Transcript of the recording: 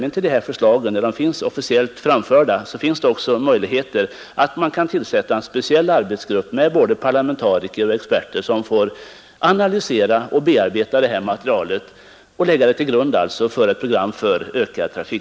Han sade att när förslagen blivit officiellt framförda — Om ökat anslag till finns det också möjligheter att tillsätta en speciell arbetsgrupp med både investeringar inom parlamentariker och experter som får analysera och bearbeta materialet = televerkets verk